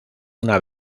una